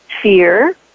fear